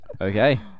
okay